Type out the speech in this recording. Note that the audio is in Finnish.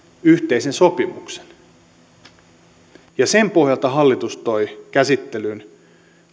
yhteisen sopimuksen ja sen pohjalta hallitus toi käsittelyyn